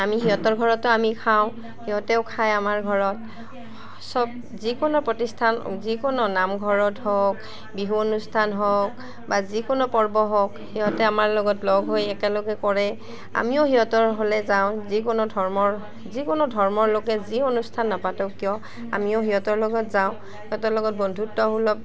আমি সিহঁতৰ ঘৰতো আমি খাওঁ সিহঁতেও খায় আমাৰ ঘৰত চব যিকোনো প্ৰতিষ্ঠান যিকোনো নামঘৰত হওক বিহু অনুষ্ঠান হওক বা যিকোনো পৰ্ব হওক সিহঁতে আমাৰ লগত লগ হৈ একেলগে কৰে আমিও সিহঁতৰ হ'লে যাওঁ যিকোনো ধৰ্মৰ যিকোনো ধৰ্মৰ লোকে যি অনুষ্ঠান নাপাাতক কিয় আমিও সিহঁতৰ লগত যাওঁ সিহঁতৰ লগত বন্ধুত্বসুলভ